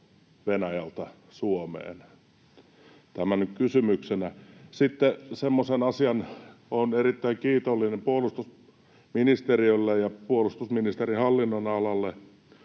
Venäjältä Suomeen? Tämä nyt kysymyksenä. Sitten semmoinen asia, että olen erittäin kiitollinen puolustusministeriölle ja puolustusministeriön hallinnonalalle